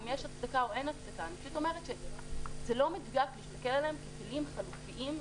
אני פשוט אומרת שזה לא מדויק להסתכל עליהם ככלים חלופיים,